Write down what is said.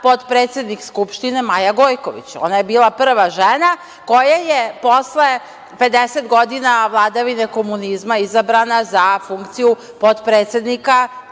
potpredsednik Skupštine Maja Gojković, ona je bila prva žena koja je posle 50 godina vladavine komunizma izbrana za funkciju potpredsednika,